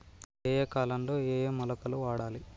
ఏయే కాలంలో ఏయే మొలకలు వాడాలి?